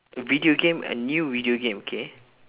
a video game a new video game okay